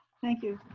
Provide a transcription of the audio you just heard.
thank you